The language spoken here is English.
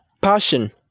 passion